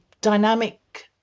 dynamic